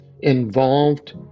involved